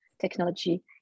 technology